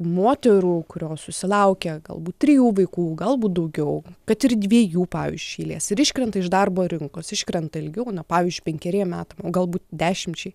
moterų kurios susilaukia galbūt trijų vaikų galbūt daugiau kad ir dviejų pavyzdžiui iš eilės ir iškrenta iš darbo rinkos iškrenta ilgiau na pavyzdžiui penkeriem metam galbūt dešimčiai